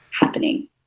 happening